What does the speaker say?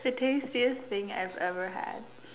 the tastiest thing I've ever had